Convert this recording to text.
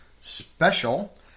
special